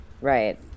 Right